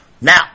Now